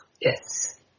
Yes